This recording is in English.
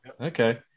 okay